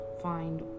find